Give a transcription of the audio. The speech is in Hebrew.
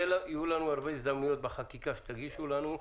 יהיו לנו הרבה הזדמנויות בחקיקה שתגישו לנו,